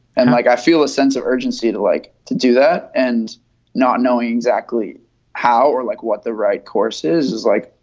and like i feel a sense of urgency to like to do that. and not knowing exactly how or like what the right course is is like,